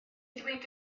ddweud